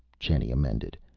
jenny amended.